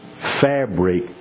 fabric